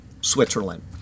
Switzerland